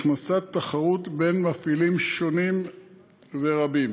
הכנסת תחרות בין מפעילים שונים ורבים,